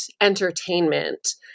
entertainment